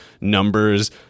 numbers